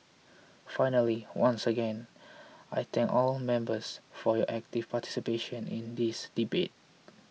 finally once again I thank all members for your active participation in this debate